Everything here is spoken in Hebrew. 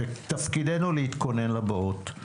ותפקידנו להתכונן לבאות.